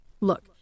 look